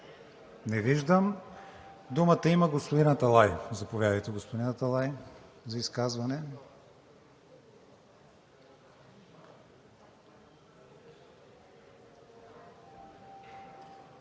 Не виждам. Думата има господин Аталай. Заповядайте, господин Аталай за изказване.